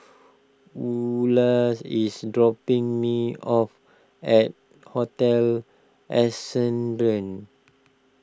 Eula is dropping me off at Hotel Ascendere